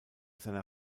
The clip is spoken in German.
seiner